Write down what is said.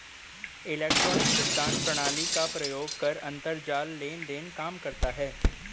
electronic भुगतान प्रणाली का प्रयोग कर अंतरजाल लेन देन काम करता है